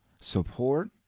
support